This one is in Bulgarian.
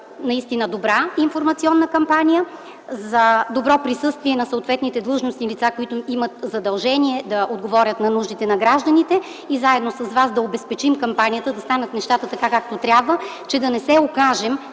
заедно за добра информационна кампания, за добро присъствие на съответните длъжностни лица, които имат задължение да отговарят на нуждите на гражданите, и заедно с вас да обезпечим кампанията да станат нещата така както трябва, че да не се окажем